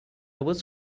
was